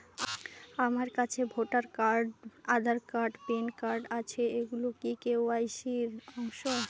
আমার কাছে voter card Aadhaar card PAN card আছে এগুলো কি কে.ওয়াই.সি র অংশ?